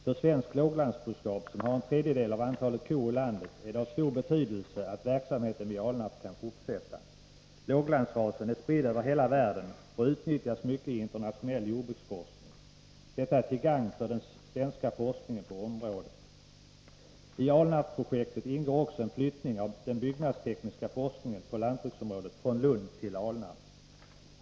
För svensk låglandsboskap, som omfattar en tredjedel av antalet kor i landet, är det av stor betydelse att verksamheten vid Alnarp kan fortsätta. Låglandsrasen är spridd över hela världen och utnyttjas mycket i internationell jordbruksforskning. Detta är till gagn för den svenska forskningen på området. I Alnarpsprojektet ingår också en flyttning av den byggnadstekniska forskningen på lantbruksområdet från Lund till Alnarp.